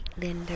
Linda